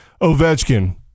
Ovechkin